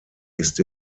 ist